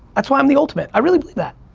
that's why i'm the ultimate, i really believe that.